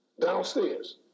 downstairs